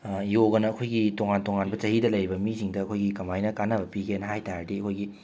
ꯌꯣꯒꯅ ꯑꯩꯈꯣꯏꯒꯤ ꯇꯣꯉꯥꯟ ꯇꯣꯉꯥꯟꯕ ꯆꯍꯤꯗ ꯂꯩꯕ ꯃꯤꯁꯤꯡꯗ ꯑꯩꯈꯣꯏꯒꯤ ꯀꯃꯥꯏꯅ ꯀꯥꯟꯅꯕ ꯄꯤꯒꯦꯅ ꯍꯥꯏ ꯇꯥꯔꯗꯤ ꯑꯩꯈꯣꯏꯒꯤ